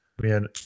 man